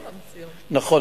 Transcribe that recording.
נכון,